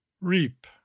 reap